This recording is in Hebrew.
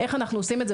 איך אנחנו עושים את זה?